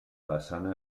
façana